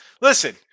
Listen